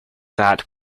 that